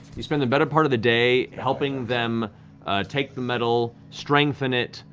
you spend the better part of the day helping them take the metal, strengthen it,